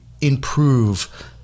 improve